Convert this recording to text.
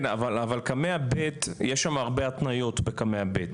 כן, אבל יש הרבה התניות בקמ"ע ב'.